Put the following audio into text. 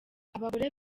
abagore